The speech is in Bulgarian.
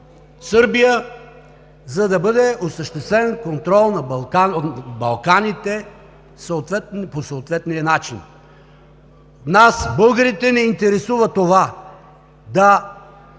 Сърбия, за да бъде осъществен контрол на Балканите по съответния начин. Нас, българите, ни интересува да